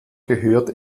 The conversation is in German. gehört